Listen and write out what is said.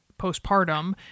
postpartum